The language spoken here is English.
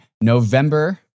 November